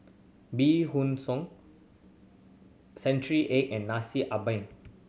bee hoon century egg and Nasi Ambeng